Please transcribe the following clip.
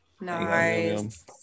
Nice